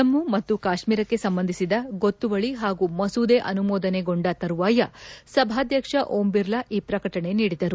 ಜಮ್ನು ಮತ್ತು ಕಾಶ್ನೀರಕ್ಷೆ ಸಂಬಂಧಿಸಿದ ಗೊತ್ತುವಳಿ ಹಾಗೂ ಮಸೂದೆ ಅನುಮೋದನೆ ಗೊಂಡ ತರುವಾಯ ಸಭಾಧಕ್ಷ ಓಂ ಬಿರ್ಲಾ ಈ ಪ್ರಕಟಣೆ ನೀಡಿದರು